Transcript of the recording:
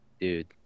Dude